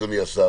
אדוני השר,